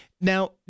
Now